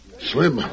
Swim